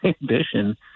ambition